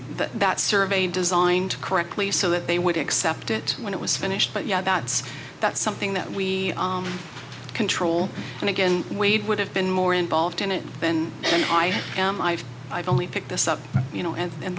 that survey designed correctly so that they would accept it when it was finished but yeah that's that's something that we control and again wade would have been more involved in it than i am i've i've only picked this up you know and and